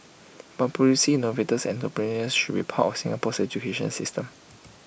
but producing innovators and entrepreneurs should be part of Singapore's education system